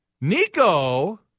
Nico